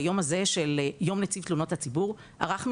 ביום הזה של יום נציב תלונות הציבור ערכנו